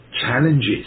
challenges